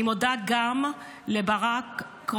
אני גם מודה לברק קרוננפלד,